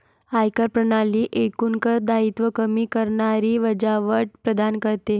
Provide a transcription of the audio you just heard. आयकर प्रणाली एकूण कर दायित्व कमी करणारी वजावट प्रदान करते